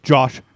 Josh